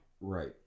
Right